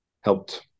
helped